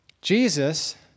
Jesus